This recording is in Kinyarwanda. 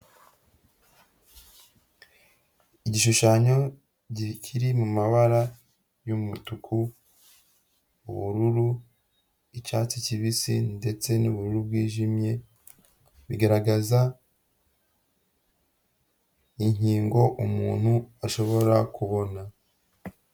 Igishushanyo gikiri mu mabara y'umutuku, ubururu, icyatsi kibisi ndetse n'ubururu bwijimye. Bigaragaza inkingo umuntu ashobora kubona.